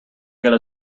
gotta